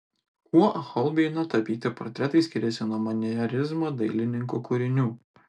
kuo holbeino tapyti portretai skiriasi nuo manierizmo dailininkų kūrinių